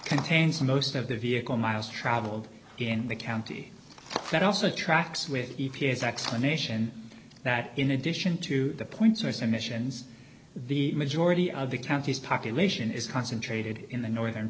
contains most of the vehicle miles traveled in the county that also tracks with e p a s explanation that in addition to the point source emissions the majority of the county's population is concentrated in the northern